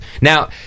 Now